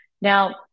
Now